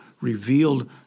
revealed